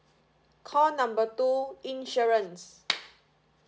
call number two insurance